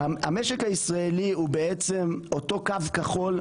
המשק הישראלי הוא בעצם אותו קו כחול,